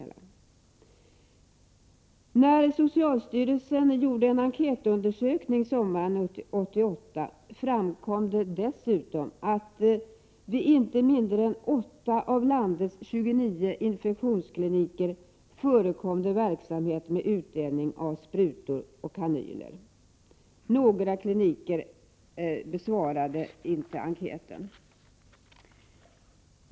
När socialstyrelsen gjorde en enkätundersökning sommaren 1988 framkom det dessutom att det vid inte mindre än 8 av landets 29 infektionskliniker hade förekommit verksamhet med utdelning av sprutor och kanyler. Några kliniker besvarade inte enkäten.